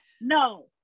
no